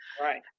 Right